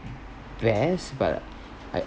best but I